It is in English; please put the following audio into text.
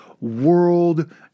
world